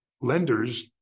lenders